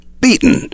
beaten